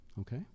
okay